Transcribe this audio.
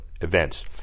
events